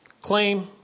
claim